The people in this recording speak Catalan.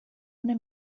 una